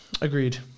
Agreed